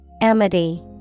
Amity